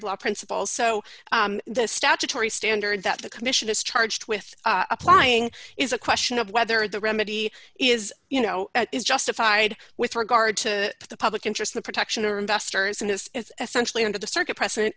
of law principle so the statutory standard that the commission is charged with applying is a question of whether the remedy is you know is justified with regard to the public interest the protection of investors and it's essentially under the circuit precedent